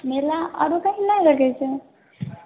मेला आरो कहीं नै लगै छै